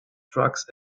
drugs